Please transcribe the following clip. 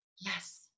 Yes